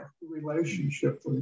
relationship